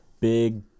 Big